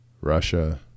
Russia